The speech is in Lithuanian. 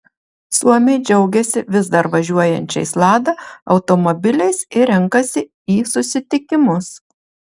suomiai džiaugiasi vis dar važiuojančiais lada automobiliais ir renkasi į susitikimus